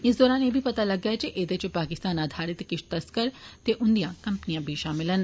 इस दौरान एह् बी पता लग्गा जे एह्दे च पाकिस्तान आधारित किष तस्कर ते उन्दियां फर्मा बी षामल न